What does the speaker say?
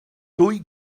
ddwy